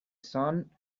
sun